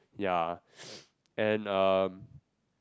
yeah and um